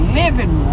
living